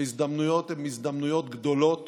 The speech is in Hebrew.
ההזדמנויות הן הזדמנויות גדולות